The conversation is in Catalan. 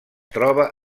troba